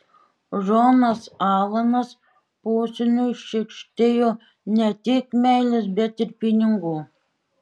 džonas alanas posūniui šykštėjo ne tik meilės bet ir pinigų